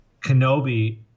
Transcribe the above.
Kenobi